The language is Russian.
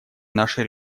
наше